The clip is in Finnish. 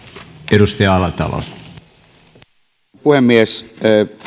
arvoisa puhemies